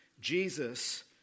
Jesus